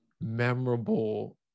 Memorable